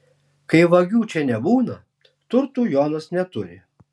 kai vagių čia nebūna turtų jonas neturi